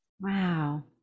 Wow